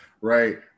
right